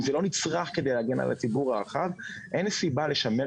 אם זה לא כדי להגן על הציבור הרחב אין סיבה לשמר